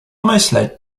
myśleć